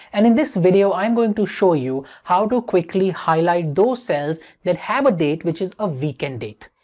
and in this video i'm going to show you how to quickly highlight those cells that have a date which is a weekend date.